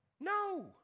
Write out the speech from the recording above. No